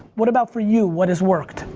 what about for you, what has worked?